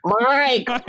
Mike